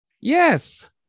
Yes